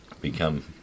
become